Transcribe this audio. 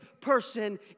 person